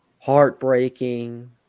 heartbreaking